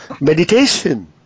meditation